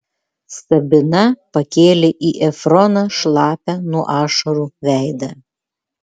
sabina pakėlė į efroną šlapią nuo ašarų veidą